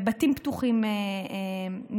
ובתים פתוחים נפתחים.